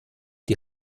die